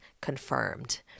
confirmed